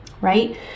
right